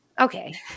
Okay